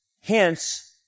Hence